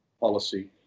policy